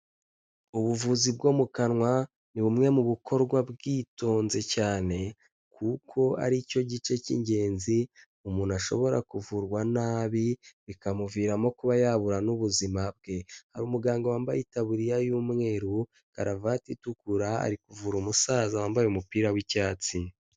Ubuvuzi bwo mu kanwa ni bumwe mu bukorwa bwitonze cyane kuko ari cyo gice k'ingenzi umuntu ashobora kuvurwa nabi bikamuviramo kuba yabura n'ubuzima bwe, hari umuganga wambaye itaburiya y'umweru, karuvati itukura, ari kuvura umusaza wambaye umupira w'icyatsi.